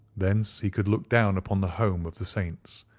thence he could look down upon the home of the saints.